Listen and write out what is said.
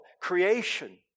creation